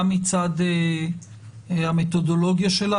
גם מצד המתודולוגיה שלה,